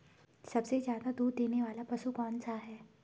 सबसे ज़्यादा दूध देने वाला पशु कौन सा है?